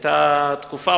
היתה תקופה,